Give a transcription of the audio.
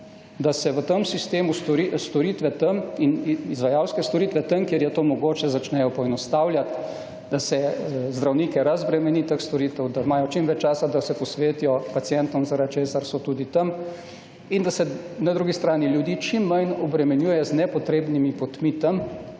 da se v tem sistemu izvajalske storitve tam, kjer je to mogoče, začnejo poenostavljati, da se zdravnike razbremeni teh storitev, da imajo čim več časa, da se posvetijo pacientom, zaradi česar so tudi tam. In da se na drugi strani ljudi čim manj obremenjuje z nepotrebnimi potmi tam,